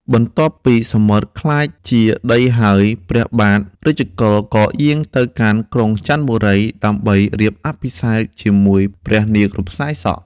បន្ទាប់ពីសមុទ្រក្លាយជាដីហើយ ព្រះបាទរាជកុល ក៏យាងទៅកាន់ក្រុងចន្ទបុរី ដើម្បីរៀបអភិសេកជាមួយព្រះនាងរំសាយសក់។